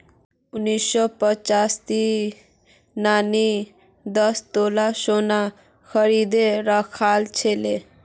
उन्नीस सौ पचासीत नानी दस तोला सोना खरीदे राखिल छिले